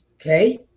okay